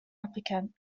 applicant